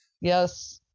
Yes